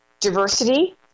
diversity